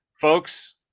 folks